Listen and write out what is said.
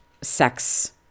sex